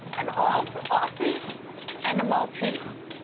and ozzy ozzy and a multi's,